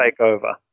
Takeover